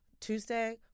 Tuesday